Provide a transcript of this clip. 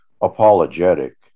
apologetic